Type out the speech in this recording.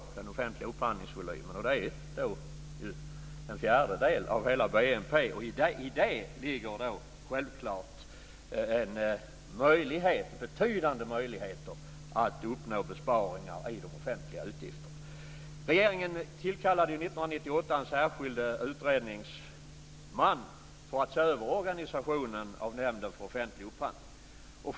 Det motsvarar nästan en fjärdedel av hela BNP. I detta ligger självklart betydande möjligheter att uppnå besparingar i de offentliga utgifterna. Regeringen tillkallade 1998 en särskild utredningsman för att se över organisationen av Nämnden för offentlig upphandling.